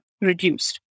reduced